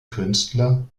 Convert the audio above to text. künstler